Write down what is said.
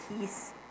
peace